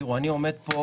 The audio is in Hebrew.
תראו, אני עומד פה